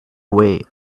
way